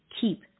keep